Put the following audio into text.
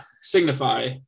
signify